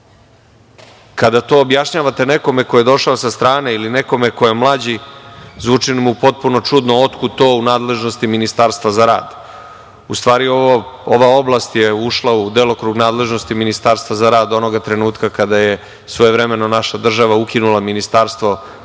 Kada to objašnjavate nekome ko je došao sa strane ili nekome ko je mlađi, zvuči mu potpuno čudno, otkud to u nadležnosti Ministarstva za rad. U stvari, ova oblast je ušla u delokrug nadležnosti Ministarstva za rad onog trenutka kada je svojevremeno naša država ukinula ministarstvo koje